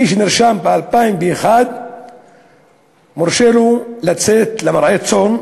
מי שנרשם ב-2001 מורשה לצאת למרעה צאן,